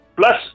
Plus